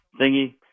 thingy